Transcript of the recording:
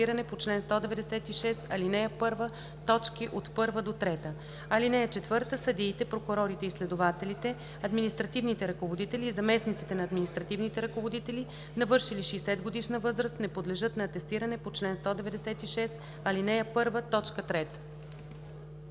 1 – 3. (4) Съдиите, прокурорите и следователите, административните ръководители и заместниците на административни ръководители, навършили 60-годишна възраст, не подлежат на атестиране по чл. 196, ал. 1,